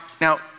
now